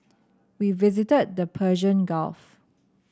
we visited the Persian Gulf